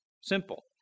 Simple